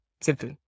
Simple